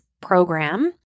program